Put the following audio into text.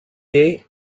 day